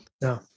No